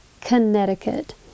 Connecticut